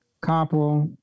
copper